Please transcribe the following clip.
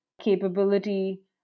capability